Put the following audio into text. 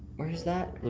where is that,